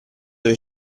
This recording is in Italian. dove